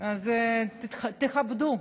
אז תכבדו.